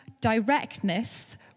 directness